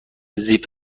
زیپ